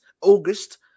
August